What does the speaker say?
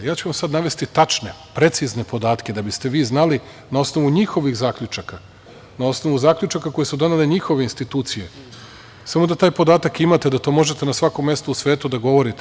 Sada ću vam ja navesti tačne, precizne podatke, da biste vi znali na osnovu njihovih zaključaka, na osnovu zaključaka koje su donele njihove institucije, samo da taj podatak imate, da to možete na svakom mestu u svetu da govorite.